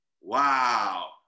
Wow